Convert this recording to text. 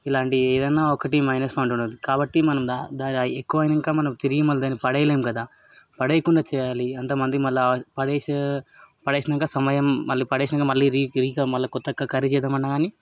ఇలాంటిది ఏదన్న ఒకటి మైనస్ పాయింట్ ఉంటుండచు కాబట్టి మనం దా దర ఎక్కువ అయ్యాక మనం తిరిగి దాన్ని మళ్ళీ పడేయలేం కదా పడేయకుండా చెయ్యాలి అంతమంది మళ్ళీ పడేసి పడేసాక సమయం మళ్ళీ పడేసాక మళ్ళీ రి రికా మళ్ళీ కొత్తగా కర్రీ చేద్దాం అన్నా కాని